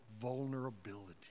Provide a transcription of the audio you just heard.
vulnerability